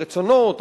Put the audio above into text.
הרצונות,